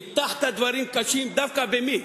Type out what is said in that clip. הטחת דברים קשים, דווקא במי,